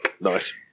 Nice